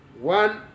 one